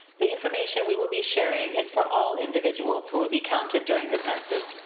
the information we will be sharing is for all individuals who will be counted during the census.